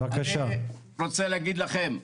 חברים, אני רוצה להגיד לכם,